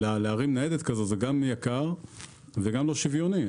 להרים ניידת כזאת זה גם יקר וגם לא שוויוני.